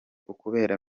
ukubera